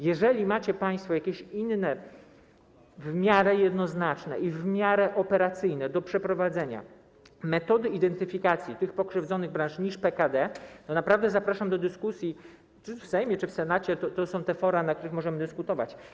Jeżeli macie państwo jakieś inne, w miarę jednoznaczne i w miarę operacyjne do przeprowadzenia metody identyfikacji tych pokrzywdzonych branż niż PKD, to naprawdę zapraszam do dyskusji - czy w Sejmie, czy w Senacie - bo to są te fora, na których możemy dyskutować.